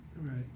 Right